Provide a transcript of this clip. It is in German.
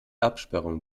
absperrung